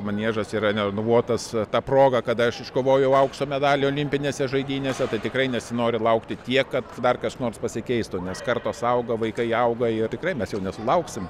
maniežas yra nerenovuotas ta proga kada aš iškovojau aukso medalį olimpinėse žaidynėse tai tikrai nesinori laukti tiek kad dar kas nors pasikeistų nes kartos auga vaikai auga ir tikrai mes jau nesulauksim